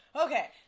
Okay